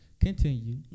Continue